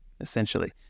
essentially